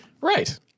Right